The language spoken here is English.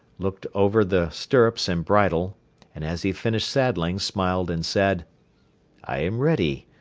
looked over the stirrups and bridle and, as he finished saddling, smiled and said i am ready.